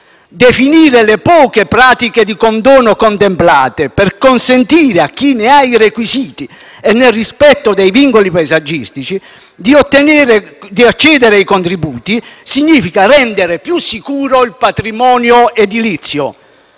Definire le poche pratiche di condono contemplate, per consentire a chi ne ha i requisiti, e nel rispetto dei vincoli paesaggistici, di accedere ai contributi, significa rendere più sicuro il patrimonio edilizio.